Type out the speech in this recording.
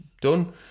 done